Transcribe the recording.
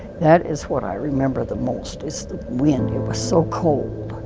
that is what i remember the most, is the wind. it was so cold.